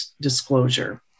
disclosure